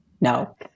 No